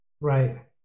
Right